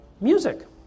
music